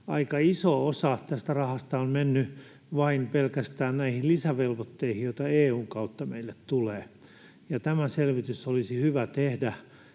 aika iso osa tästä rahasta on mennyt pelkästään näihin lisävelvoitteihin, joita EU:n kautta meille tulee. Ja tämä selvitys olisi hyvä tehdä